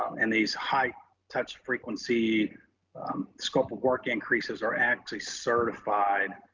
and these high touch frequency scope of work increases are actually certified